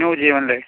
new ജീവനല്ലേ